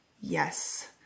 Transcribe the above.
yes